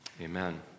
Amen